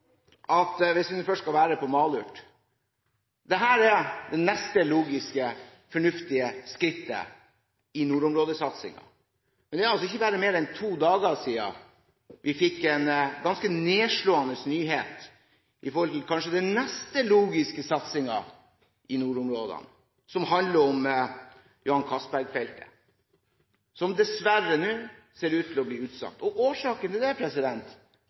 neste logiske og fornuftige skrittet i nordområdesatsingen, men det er altså ikke mer en to dager siden vi fikk en ganske nedslående nyhet når det gjelder den kanskje neste satsingen i nordområdene, som handler om Johan Castberg-feltet, som nå dessverre ser ut til å bli utsatt. Årsaken til det